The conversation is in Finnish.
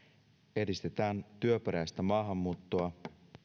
edistetään työperäistä maahanmuuttoa